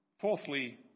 Fourthly